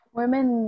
Women